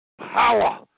Power